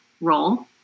role